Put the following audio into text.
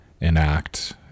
enact